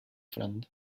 front